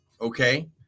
okay